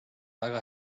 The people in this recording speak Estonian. väga